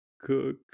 cook